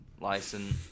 license